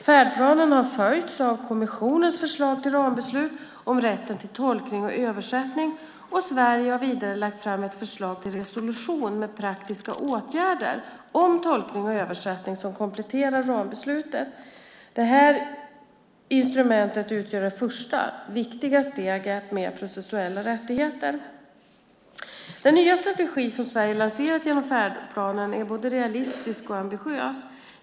Färdplanen har följts av kommissionens förslag till rambeslut om rätten till tolkning och översättning, och Sverige har vidare lagt fram ett förslag till resolution med praktiska åtgärder om tolkning och översättning som kompletterar rambeslutet. Dessa instrument utgör det första, viktiga steget i arbetet med processuella rättigheter. Den nya strategi som Sverige lanserat genom färdplanen är både realistisk och ambitiös.